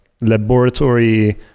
laboratory